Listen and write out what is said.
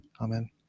amen